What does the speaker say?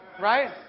Right